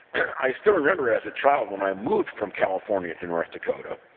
i still remember as a child when i moved from california to north dakota.